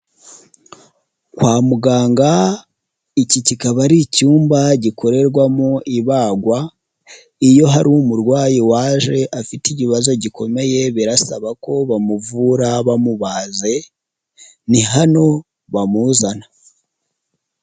Kwa muganga iki kikaba ari icyumba gikorerwamo ibagwa, iyo hari umurwayi waje afite ikibazo gikomeye birasaba ko bamuvura bamubaze ni hano bamuzana.